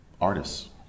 artists